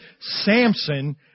Samson